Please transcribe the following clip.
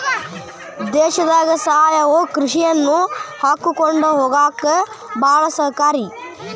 ದೇಶದಾಗ ಸಾವಯವ ಕೃಷಿಯನ್ನಾ ಕಾಕೊಂಡ ಹೊಗಾಕ ಬಾಳ ಸಹಕಾರಿ